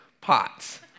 pots